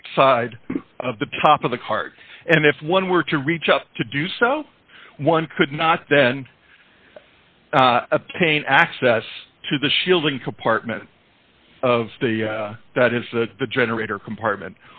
outside of the top of the cart and if one were to reach up to do so one could not then obtain access to the shielding compartment of the that is the generator compartment